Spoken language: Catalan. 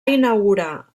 inaugurar